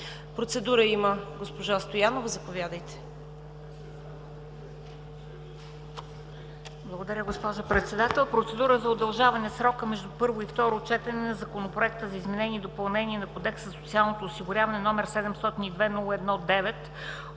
Процедура има госпожа Стоянова – заповядайте.